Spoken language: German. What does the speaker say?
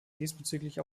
diesbezüglich